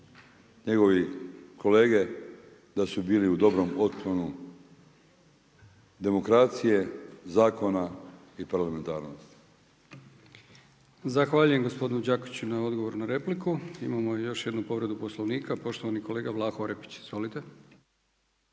njegovi kolege da su bili u dobrom … demokracije, zakona i parlamentarnosti. **Brkić, Milijan (HDZ)** Zahvaljujem gospodinu Đakiću na odgovoru na repliku. Imamo još jednu povredu Poslovnika poštovani kolega Vlaho Orepić.